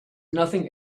nothing